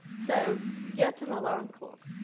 so, get an alarm clock.